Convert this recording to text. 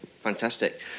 Fantastic